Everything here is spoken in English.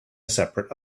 separate